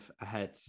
ahead